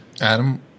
Adam